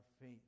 faith